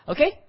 Okay